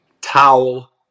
towel